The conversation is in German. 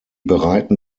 bereiten